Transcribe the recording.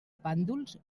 pàndols